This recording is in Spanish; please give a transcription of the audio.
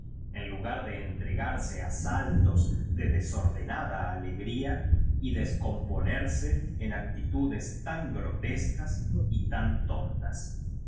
en lugar de entregarse a saltos de desordenada alegría y descomponerse en actitudes tan grotescas y tan tontas en